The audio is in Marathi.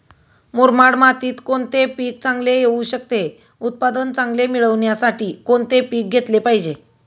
मुरमाड मातीत कोणते पीक चांगले येऊ शकते? उत्पादन चांगले मिळण्यासाठी कोणते पीक घेतले पाहिजे?